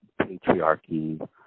patriarchy